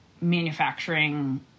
manufacturing